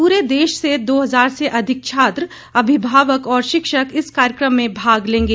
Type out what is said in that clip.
पूरे देश से दो हजार से अधिक छात्र अभिभावक और शिक्षक इस कार्यक्रम में भाग लेंगे